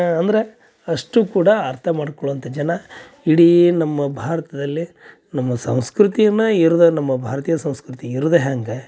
ಅಂದ್ರೆ ಅಷ್ಟು ಕೂಡ ಅರ್ಥ ಮಾಡ್ಕೊಳ್ಳುವಂಥ ಜನ ಇಡೀ ನಮ್ಮ ಭಾರತದಲ್ಲೇ ನಮ್ಮ ಸಂಸ್ಕೃತಿಯನ್ನು ಇರುದ ನಮ್ಮ ಭಾರತೀಯ ಸಂಸ್ಕೃತಿ ಇರುವುದೇ ಹಂಗೆ